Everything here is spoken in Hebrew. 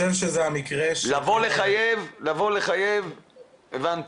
לבוא לחייב, הבנתי.